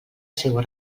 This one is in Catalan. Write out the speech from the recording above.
seua